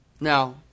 Now